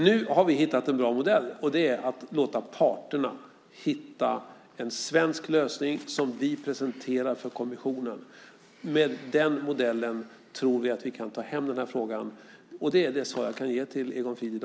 Nu har vi hittat en bra modell, och det är att låta parterna finna en svensk lösning som vi sedan presenterar för kommissionen. Med den modellen tror vi att vi kan ta hem den här frågan. Det är det svar jag i dag kan ge Egon Frid.